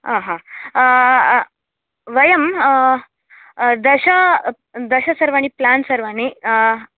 आ हा वयम् दश दश सर्वाणि प्लान् सर्वाणि